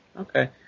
Okay